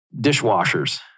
dishwashers